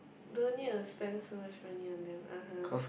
don't need to spend so much money on them uh [huh]